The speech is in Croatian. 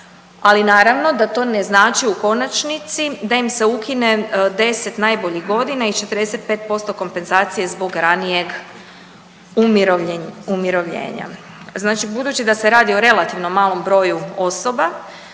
ali naravno da to ne znači u konačnici da im se ukine 10 najboljih godina i 45% kompenzacije zbog ranijeg umirovljenja. Znači budući da se radi o relativno malom broju osoba